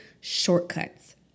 shortcuts